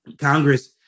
Congress